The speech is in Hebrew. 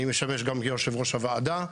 אני משמש גם כיושב-ראש הוועדה,